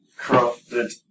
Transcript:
crafted